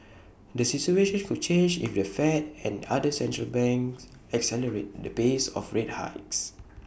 the situation could change if the fed and other central banks accelerate the pace of rate hikes